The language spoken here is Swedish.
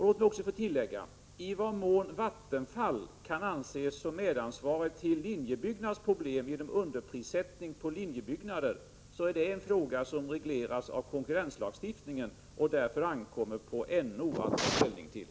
Låt mig också få tillägga att i vad mån Vattenfall kan anses medansvarigt till Linjebyggnads problem genom underprissättning på linjebyggnader är en fråga som regleras av konkurrenslagstiftningen och som därför NO har att ta ställning till.